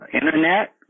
Internet